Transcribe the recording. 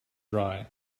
dry